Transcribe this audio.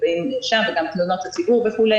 וגם תלונות הציבור וכו',